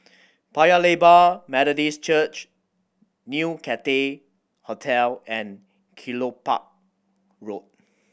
Paya Lebar Methodist Church New Cathay Hotel and Kelopak Road